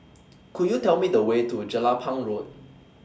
Could YOU Tell Me The Way to Jelapang Road